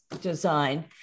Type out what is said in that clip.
design